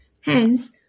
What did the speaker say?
Hence